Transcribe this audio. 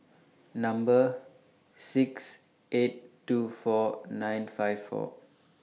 Number six eight two four nine five four